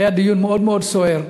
והיה דיון מאוד מאוד סוער.